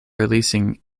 releasing